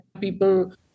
people